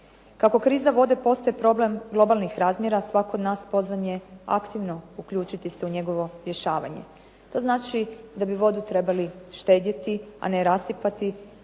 Kako kriza vode postaje problem globalnih razmjera svatko od nas pozvan je aktivno uključiti se u njegovo rješavanje. To znači da bi vodu trebali štedjeti, a ne rasipati,